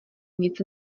nic